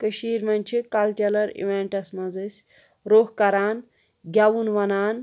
کٔشیٖر منٛز چھِ culture events منٛز أسۍ روٚف کَران گٮ۪وُن وَنان